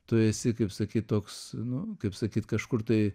tu esi kaip sakyt toks nu kaip sakyt kažkur tai